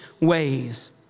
ways